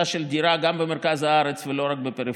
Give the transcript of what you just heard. דירה גם במרכז הארץ ולא רק בפריפריה,